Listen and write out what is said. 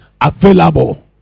available